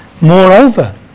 Moreover